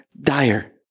Dire